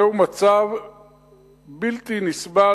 זהו מצב בלתי נסבל,